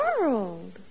world